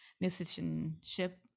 musicianship